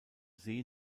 see